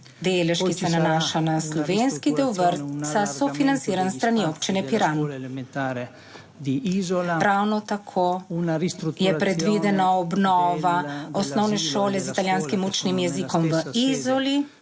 delež, ki se nanaša na slovenski del vrtca, sofinanciran s strani Občine Piran. Ravno tako je predvidena obnova osnovne šole z italijanskim učnim jezikom v Izoli